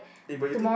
eh but you think